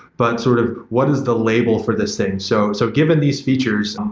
but sort of what is the label for this thing. so so given these features, um